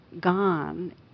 gone